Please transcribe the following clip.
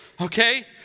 okay